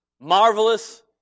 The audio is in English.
Marvelous